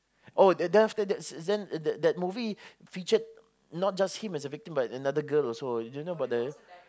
oh then then after that then that that movie featured not just him as a victim but another girl also do you know about that